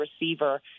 receiver